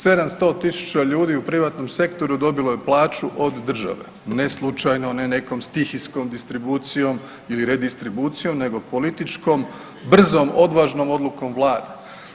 700 tisuća ljudi u privatnom sektoru dobilo je plaću od države ne slučajno, ne nekom stihijskom distribucijom ili redistribucijom, nego političkom, brzom, odvažnom odlukom Vlade.